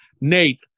Nate